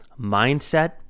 mindset